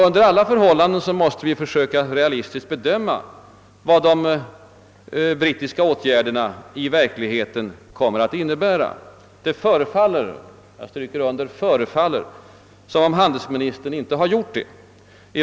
Under alla förhållanden måste vi försöka att realistiskt bedöma vad de brittiska åtgärderna i verkligheten kommer att innebära. Det förefaller — jag betonar det — som om handelsministern inte gjort någon sådan bedömning.